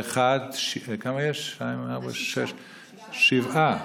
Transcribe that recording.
כלכלי (תיקון מס' 2), התשע"ט 2019, בקריאה שלישית?